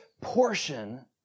portion